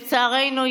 לצערנו,